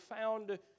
found